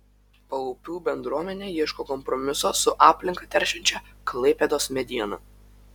paupių bendruomenė ieško kompromiso su aplinką teršiančia klaipėdos mediena